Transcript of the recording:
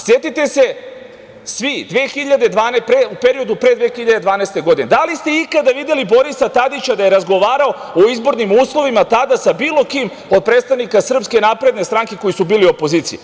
Setite se svi, u periodu pre 2012. godine, da li ste ikada videli Borisa Tadića da je razgovarao o izbornim uslovima tada sa bilo kim od predstavnika SNS koji su bili u opoziciji?